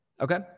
Okay